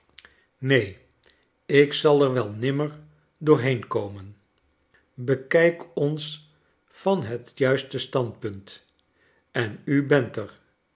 neen ik zai er wel nimmer doorheen komen bekijk ons van het juiste standpunt en u bent er